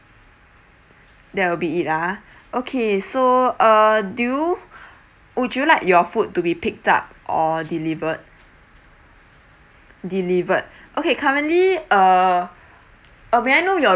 that will be it ah okay so uh do you would you like your food to be picked up or delivered delivered okay currently uh uh may I know your